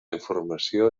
informació